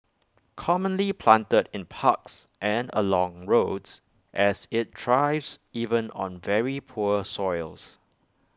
commonly planted in parks and along roads as IT thrives even on very poor soils